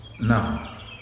Now